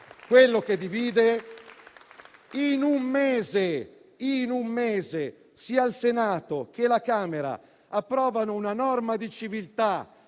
quello che divide. In un mese, sia il Senato che la Camera devono approvare una norma di civiltà